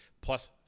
plus